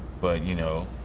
but, you know,